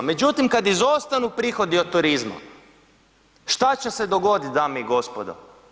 Međutim, kad izostanu prihodi od turizma, šta će se dogodit, dame i gospodo?